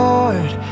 Lord